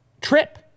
trip